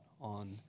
on